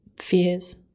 fears